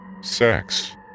sex